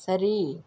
சரி